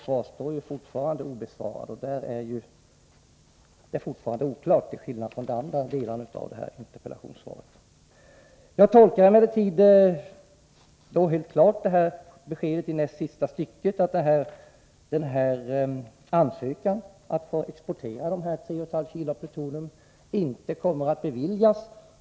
Den frågan är fortfarande obesvarad. På den punkten är interpellationssvaret oklart. Beskedet i näst sista stycket av interpellationssvaret tolkar jag på det sättet att den ansökan om export av 3,5 kg plutonium som har inlämnats inte kommer att beviljas.